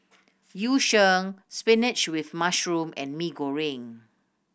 Yu Sheng spinach with mushroom and Mee Goreng